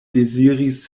deziris